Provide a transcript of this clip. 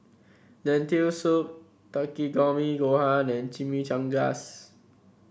Lentil Soup Takikomi Gohan and Chimichangas